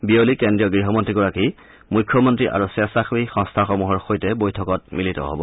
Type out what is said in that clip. বিয়লি কেন্দ্ৰীয় গৃহমন্ত্ৰীগৰাকী মুখ্যমন্ত্ৰী আৰু স্কেছাসেৱী সংস্থাসমূহৰ সৈতে বৈঠকত মিলিত হব